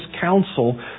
counsel